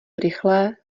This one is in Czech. rychlé